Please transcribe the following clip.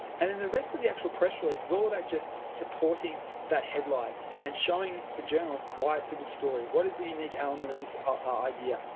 and then the rest of the actual press release is all about just supporting that headline and showing the journalist why it's a good story. what is the unique element of this ah idea?